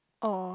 oh